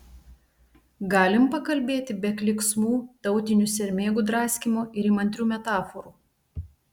galim pakalbėti be klyksmų tautinių sermėgų draskymo ir įmantrių metaforų